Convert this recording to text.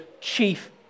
chief